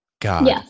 God